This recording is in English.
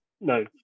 no